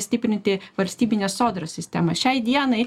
stiprinti valstybinę sodros sistemą šiai dienai